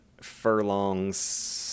Furlong's